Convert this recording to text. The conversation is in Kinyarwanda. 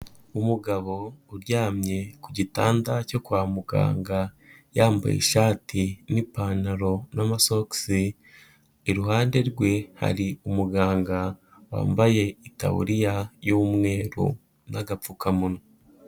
Umugabo uryamye ku gitanda cyo kwa muganga, yambaye ishati n'ipantaro n'amasokisi, iruhande rwe hari umuganga wambaye itaburiya y'umweru n'gapfukamunwa.